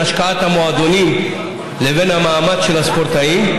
השקעת המועדונים לבין המאמץ של הספורטאים,